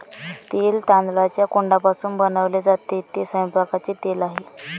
तेल तांदळाच्या कोंडापासून बनवले जाते, ते स्वयंपाकाचे तेल आहे